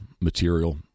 material